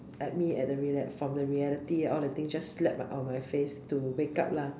at me at the reality from the reality all the things just slap on my face to wake up lah